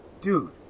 Dude